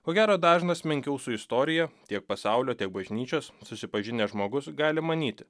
ko gero dažnas menkiau su istorija tiek pasaulio tiek bažnyčios susipažinęs žmogus gali manyti